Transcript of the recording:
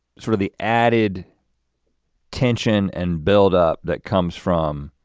sort of the added tension and build up that comes from